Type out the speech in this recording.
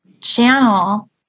channel